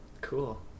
Cool